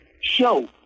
show